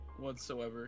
whatsoever